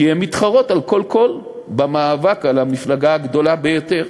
כי הן מתחרות על כל קול במאבק על המפלגה הגדולה ביותר.